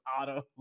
auto